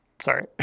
Sorry